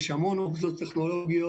יש המון אופציות טכנולוגיות,